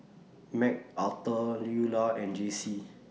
Mcarthur Luella and Jacey